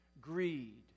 Greed